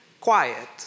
quiet